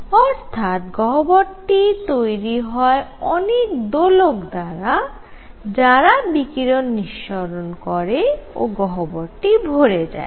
অর্থাৎ গহ্বরটি তৈরি হয় অনেক দোলক দ্বারা যারা বিকিরণ নিঃসরণ করে ও গহ্বরটি ভরে যায়